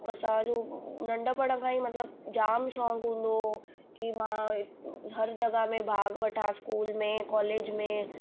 असांजो नढपिणु खां ई मतलबु जामु शौंक़ु हूंदो हो की मां हर जॻहि में भाॻु वठां स्कूल में कॉलेज में